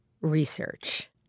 research